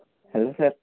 hello sir